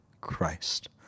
Christ